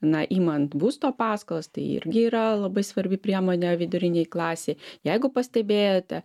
na imant būsto paskolas tai irgi yra labai svarbi priemonė vidurinei klasei jeigu pastebėjote